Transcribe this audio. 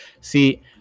See